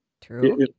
True